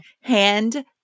Hand